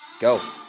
go